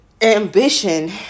ambition